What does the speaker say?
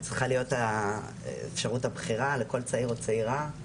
צריכה להיות אפשרות הבחירה לכל צעיר או צעירה,